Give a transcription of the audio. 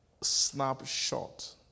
snapshot